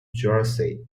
jersey